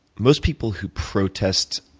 most people who protest